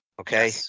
Okay